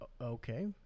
Okay